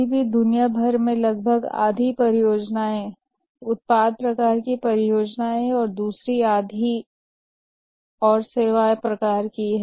लेकिन अभी भी दुनिया भर में लगभग आधी परियोजनाएँ उत्पाद प्रकार की परियोजनाएँ हैं और दूसरी आधी और सेवाएं हैं